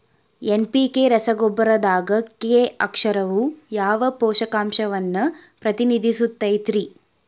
NPK ರಸಗೊಬ್ಬರದಾಗ K ಅಕ್ಷರವು ಯಾವ ಪೋಷಕಾಂಶವನ್ನ ಪ್ರತಿನಿಧಿಸುತೈತ್ರಿ?